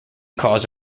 cause